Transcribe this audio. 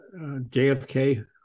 JFK